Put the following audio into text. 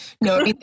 No